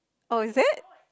oh is it